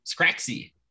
Scraxy